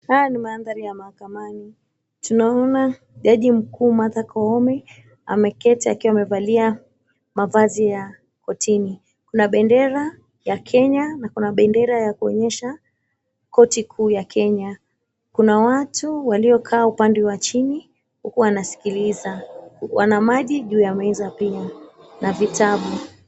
Haya ni maandhari ya mahakamani, tunaona jaji mkuu Martha Koome ameketi akiwa amevalia mavazi ya kotini. Kuna bendera ya Kenya na kuna bendera ya kuonyesha koti kuu ya Kenya. Kuna watu waliokaa upande wa chini huku wanasikiliza, wana maji juu ya meza pia na vitabu.